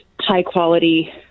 high-quality